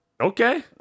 Okay